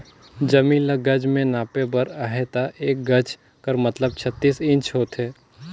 जमीन ल गज में नापे बर अहे ता एक गज कर मतलब छत्तीस इंच होथे